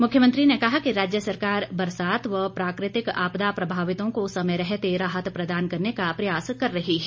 मुख्यमंत्री ने कहा कि राज्य सरकार बरसात वं प्राकृतिक आपदा प्रभावितों को समय रहते राहत प्रदान करने का प्रयास कर रही है